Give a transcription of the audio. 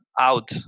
out